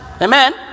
Amen